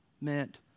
meant